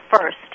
first